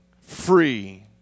free